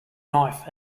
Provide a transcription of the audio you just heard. knife